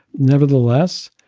nevertheless,